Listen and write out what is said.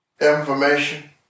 information